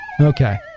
Okay